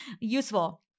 useful